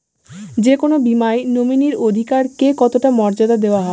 যে কোনো বীমায় নমিনীর অধিকার কে কতটা মর্যাদা দেওয়া হয়?